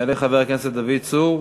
יעלה חבר הכנסת דוד צור,